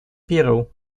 перу